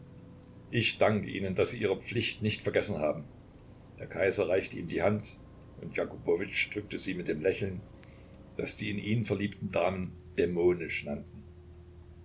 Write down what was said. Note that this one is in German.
ich danke ihnen daß sie ihre pflicht nicht vergessen haben der kaiser reichte ihm die hand und jakubowitsch drückte sie mit dem lächeln das die in ihn verliebten damen dämonisch nannten